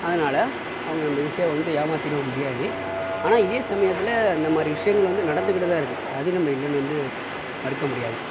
அதனால் அவங்க நம்மள ஈஸியாக வந்து ஏமாற்றிடவும் முடியாது ஆனால் இதே சமயத்துல இந்த மாதிரி விஷயங்கள் வந்து நடந்துக்கிட்டு தான் இருக்கு அதையும் நம்ப இல்லைன்னு வந்து மறுக்க முடியாது